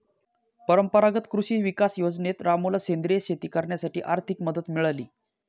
परंपरागत कृषी विकास योजनेत रामूला सेंद्रिय शेती करण्यासाठी आर्थिक मदत मिळाली